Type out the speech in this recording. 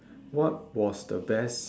what was the best